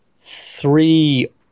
Three